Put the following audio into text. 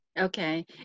Okay